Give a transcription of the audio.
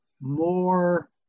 more